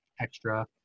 extra